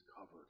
covered